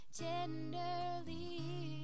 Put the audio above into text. tenderly